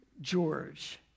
George